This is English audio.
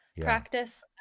practice